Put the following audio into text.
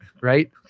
right